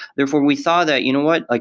therefore, we thought that, you know what? ah